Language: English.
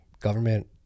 government